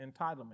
entitlement